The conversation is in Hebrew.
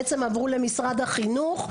בעצם עברו למשרד החינוך.